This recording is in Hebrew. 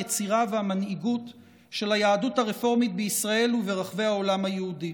היצירה והמנהיגות של היהדות הרפורמית בישראל וברחבי העולם היהודי.